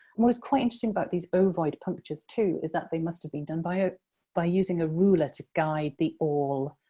what is quite interesting about these ovoid punctures, too, is that they must have been done by ah by using a ruler to guide the awl,